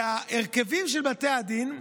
ההרכבים של בתי הדין,